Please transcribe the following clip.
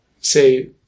say